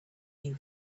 new